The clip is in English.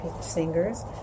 singers